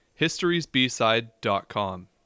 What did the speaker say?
historiesbside.com